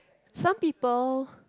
some people